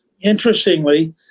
Interestingly